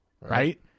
right